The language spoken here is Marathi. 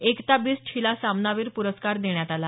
एकता बिष्ट हिला सामनावीर पुरस्कार देण्यात आला